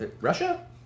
Russia